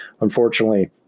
Unfortunately